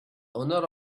owner